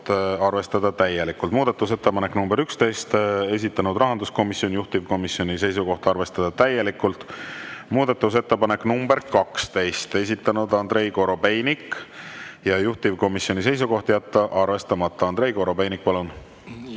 arvestada täielikult. Muudatusettepanek nr 11, esitanud rahanduskomisjon, juhtivkomisjoni seisukoht on arvestada täielikult. Muudatusettepanek nr 12, esitanud Andrei Korobeinik ja juhtivkomisjoni seisukoht on jätta arvestamata. Andrei Korobeinik, palun!